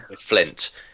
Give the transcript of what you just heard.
Flint